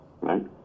right